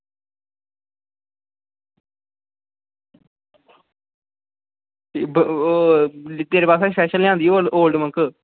तेरे बास्तै स्पेशल लेआई आंदी ओल्ड मंक